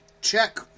Check